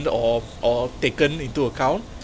or or taken into account